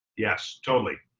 yes, totally.